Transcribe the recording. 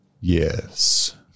yes